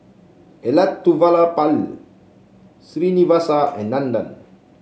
Elattuvalapil Srinivasa and Nandan